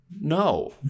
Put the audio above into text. No